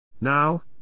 Now